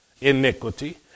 iniquity